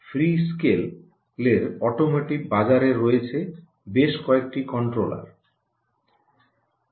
ফ্রীস্কেলের automotive বাজার রয়েছে বেশ কয়েকটি কন্ট্রোলার রয়েছে